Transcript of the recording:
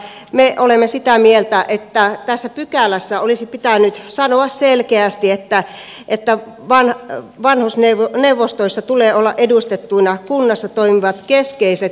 me olemme sitä mieltä että tässä pykälässä olisi pitänyt sanoa selkeästi että vanhusneuvostoissa tulee olla edustettuina kunnassa toimivat keskeiset eläkeläisjärjestöt